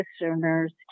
listeners